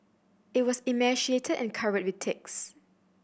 it was emaciated and covered with ticks